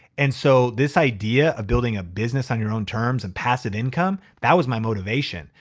and so this idea of building a business on your own terms and passive income, that was my motivation.